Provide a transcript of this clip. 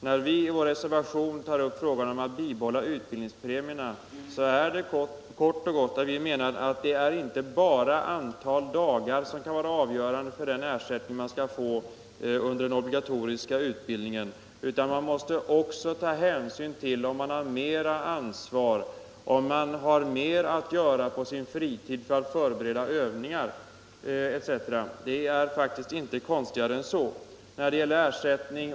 När vi i vår reservation tar upp frågan om att bibehålla utbildningspremierna är det kort och gott därför att Nr 88 vi menar att det inte bara är antalet dagar som skall vara avgörande Torsdagen den för den ersättning man skall få under den obligatoriska utbildningen, 22 maj 1975 utan hänsyn måste också tas'till om man har mer ansvar, om man har mer att göra på sin fritid för att förbereda övningar etc. Det är faktiskt Nytt förmånssystem inte konstigare än så.